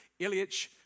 Ilyich